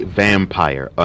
vampire